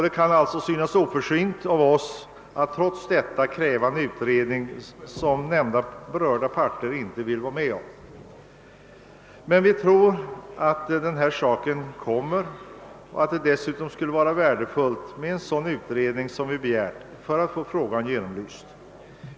Det kan alltså synas oförsynt av oss att trots detta kräva en utredning som berörda parter inte vill vara med om, men vi tror att den här saken tränger sig på och att det skulle vara värdefullt med en sådan utredning, som vi har begärt, för att få frågan genomlyst.